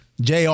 JR